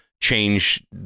change